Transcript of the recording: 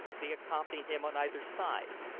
they accompanied him on either side,